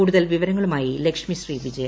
കൂടുതൽ വിവരങ്ങളുമായി ലക്ഷ്മിശ്രീ വിജയ